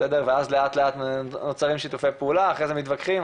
ואז לאט לאט נוצרים שיתופי פעולה,